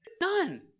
None